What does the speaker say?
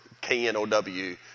K-N-O-W